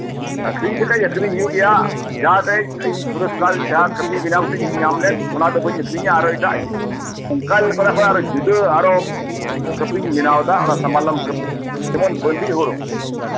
ᱟᱠᱷᱨᱤᱧ ᱞᱮᱠᱷᱟᱡ ᱟᱠᱷᱨᱤᱧ ᱦᱩᱭᱩᱜ ᱜᱮᱭᱟ ᱡᱟᱦᱟᱸ ᱫᱚ ᱤᱧ ᱯᱩᱨᱚᱥᱠᱟᱨ ᱤᱧ ᱧᱟᱢ ᱞᱮᱫ ᱡᱟᱦᱟᱸ ᱠᱟᱹᱯᱤ ᱵᱮᱱᱟᱣ ᱠᱟᱛᱮ ᱚᱱᱟ ᱫᱚ ᱵᱟᱹᱧ ᱟᱠᱷᱨᱤᱧᱟ ᱚᱱᱟ ᱞᱮᱠᱟ ᱮᱴᱟᱜᱟᱜ ᱡᱩᱫᱟᱹ ᱟᱨᱚ ᱡᱩᱫᱟᱹᱛᱤᱧ ᱵᱮᱱᱟᱣ ᱮᱫᱟ ᱥᱟᱢᱟᱱᱚᱢ ᱠᱟᱹᱯᱤ ᱡᱮᱢᱚᱱ ᱵᱟᱸᱫᱤ ᱨᱮ ᱦᱩᱲᱩ